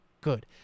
good